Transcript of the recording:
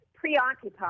preoccupied